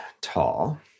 tall